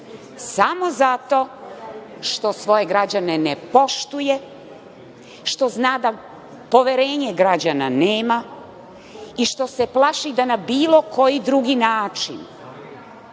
samo zato što svoje građane ne poštuje, što zna da poverenje građana nema i što se plaši da se na bilo koji drugi način